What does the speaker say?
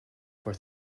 for